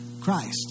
Christ